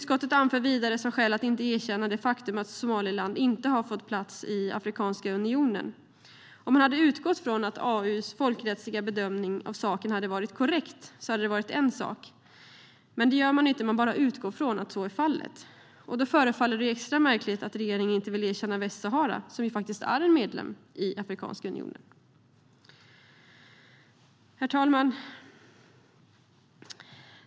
Som skäl för att inte erkänna anför utskottet vidare det faktum att Somaliland inte har fått plats i Afrikanska unionen. Om man hade utgått från att AU:s folkrättsliga bedömning av frågan hade varit korrekt hade det varit en sak, men det gör man inte - man bara utgår från att så är fallet. Då förefaller det extra märkligt att regeringen inte vill erkänna Västsahara, som faktiskt är medlem i Afrikanska unionen. Herr talman!